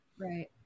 Right